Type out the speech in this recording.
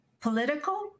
political